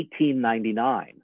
1899